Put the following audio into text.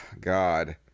God